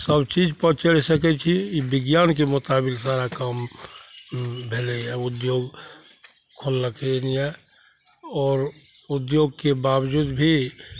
सब चीजपर चढ़ि सकै छी ई विज्ञानके मोताबिक सारा काम भेलै यऽ उद्योग खोललखिन यऽ आओर उद्योगके बावजूद भी